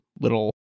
little